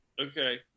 Okay